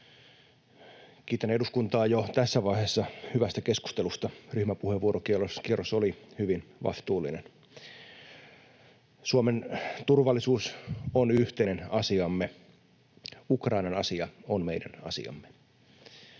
Kiitän eduskuntaa jo tässä vaiheessa hyvästä keskustelusta; ryhmäpuheenvuorokierros oli hyvin vastuullinen. — Suomen turvallisuus on yhteinen asiamme. Ukrainan asia on meidän asiamme.